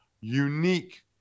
unique